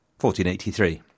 1483